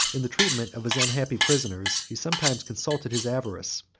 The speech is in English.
in the treatment of his unhappy prisoners, he sometimes consulted his avarice,